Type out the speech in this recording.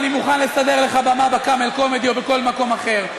אני מוכן לסדר לך במה ב"קאמל קומדי" או בכל מקום אחר.